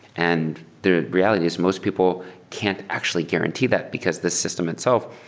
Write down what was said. and the reality is most people can't actually guarantee that, because the system itself,